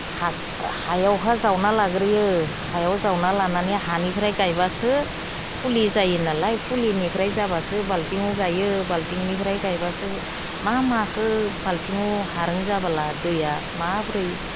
हायावहा जावनानै लाग्रोयो हायाव जावना लानानै हानिफ्राय गायबासो फुलि जायो नालाय फुलिनिफ्राय जाबासो बाल्थिङाव गायो बाल्थिंनिफ्राय गायबासो मा माखौ बाल्थिङाव हारां जाबोला दैया माबोरै